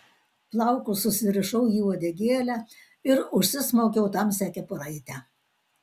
plaukus susirišau į uodegėlę ir užsismaukiau tamsią kepuraitę